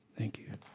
thank you